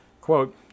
Quote